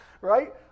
Right